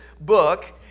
book